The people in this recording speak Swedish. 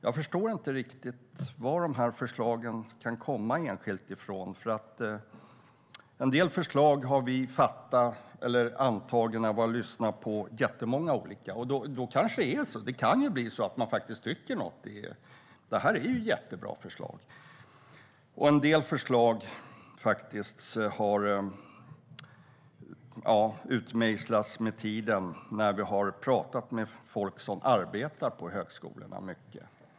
Jag förstår inte riktigt varifrån de här förslagen skulle komma enskilt. En del förslag har vi antagit efter att ha lyssnat på jättemånga olika organisationer. Då kan det bli så att man tar över ett förslag som man tycker är jättebra. Men en del förslag har utmejslats med tiden när vi har pratat med folk som arbetar mycket på högskolorna.